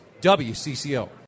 WCCO